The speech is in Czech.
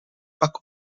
pak